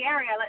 Area